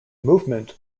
movement